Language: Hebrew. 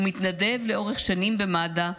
הוא מתנדב לאורך שנים במד"א,